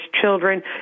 children